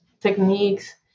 techniques